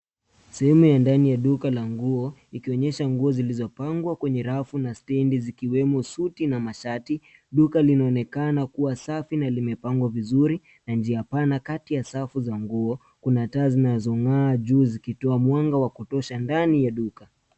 Sehemu ya ndani ya duka la nguo ikionyesha nguo zilizopangwa kwenye rafu na stendi zikiwemo suti na mashati. Duka linaonekana kuwa safi na limepangwa vizuri na njia pana kati ya safu za nguo. Kuna taa zinazong'aa juu zikitoa mwanga wa kutosha ndani ya duka.